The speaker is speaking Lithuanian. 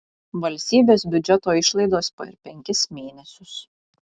valstybės biudžeto išlaidos per penkis mėnesius